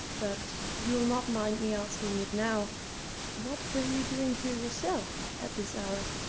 but you'll not mind me asking it now what were you doing here yourself, at this hour?